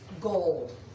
gold